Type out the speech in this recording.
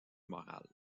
morale